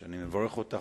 אני מברך אותך